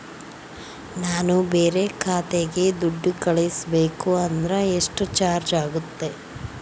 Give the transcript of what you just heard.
ನಾನು ಬೇರೆ ಖಾತೆಗೆ ದುಡ್ಡು ಕಳಿಸಬೇಕು ಅಂದ್ರ ಎಷ್ಟು ಚಾರ್ಜ್ ಆಗುತ್ತೆ?